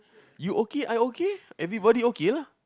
you okay I okay everybody okay lah